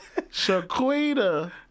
Shaquita